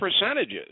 percentages